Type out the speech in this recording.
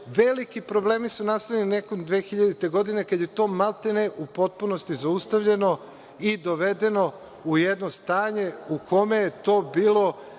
veliki problemi su nastali negde 2000. godine kada je to u potpunosti zaustavljeno i dovedeno u jedno stanje u kome je to bilo